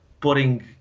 putting